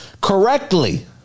correctly